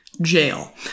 jail